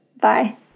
Bye